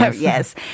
Yes